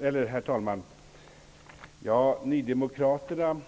Herr talman! Nydemokraterna